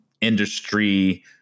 industry